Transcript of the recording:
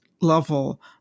level